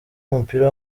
w’umupira